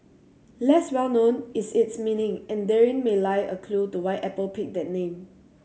less well known is its meaning and therein may lie a clue to why Apple picked that name